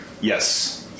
Yes